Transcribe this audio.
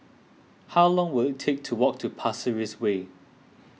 how long will it take to walk to Pasir Ris Way